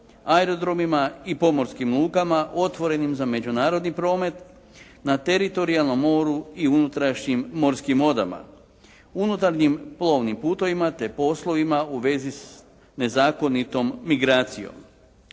aerodromima i pomorskim lukama, otvorenim za međunarodni promet, na teritorijalnom moru i unutrašnjim morskim vodama, unutarnjim plovnim putovima te poslovima u vezi s nezakonitom migracijom.